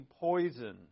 poison